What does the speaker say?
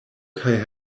kaj